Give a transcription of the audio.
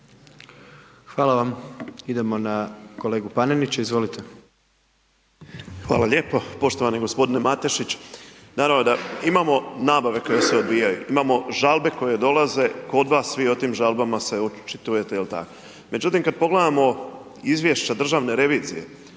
Hvala vam. Idemo na kolegu Panenića. Izvolite. **Panenić, Tomislav (MOST)** Hvala lijepo. Poštovani gospodine Matešić, naravno da, imamo nabave koje se odvijaju, imamo žalbe koje dolaze kod vas, vi o tim žalbama se očitujete je li tako? Međutim kada pogledamo izvješće državne revizije